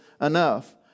enough